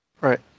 Right